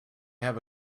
have